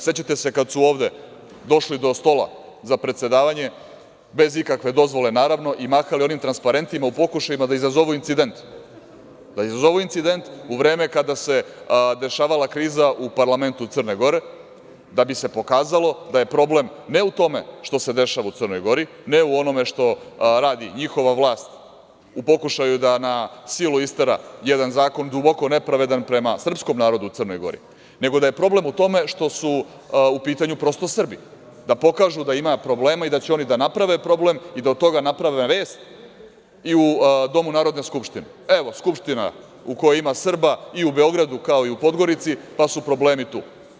Sećate se kada su ovde došli do stola za predsedavanje, bez ikakve dozvole, naravno, i mahali onim transparentima u pokušajima da izazovu incident u vreme kada se dešavala kriza u parlamentu Crne Gore, da bi se pokazalo da je problem ne u tome što se dešava u Crnoj Gori, ne u onome što radi njihova vlast u pokušaju da na silu istera jedan zakon duboko nepravedan prema srpskom narodu u Crnoj Gori, nego da je problem u tome što su u pitanju, prosto, Srbi, da pokažu da ima problema i da će da naprave problem i da od toga naprave vest i u Domu Narodne skupštine – evo, Skupština u kojoj ima Srba, u Beogradu, kao i u Podgorici, pa su problemi tu.